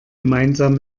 gemeinsam